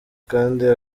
kandi